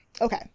okay